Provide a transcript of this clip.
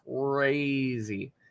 crazy